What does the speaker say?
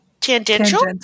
Tangential